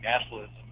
nationalism